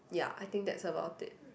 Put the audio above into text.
ya I think that's about it